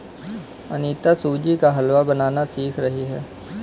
अनीता सूजी का हलवा बनाना सीख रही है